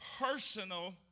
personal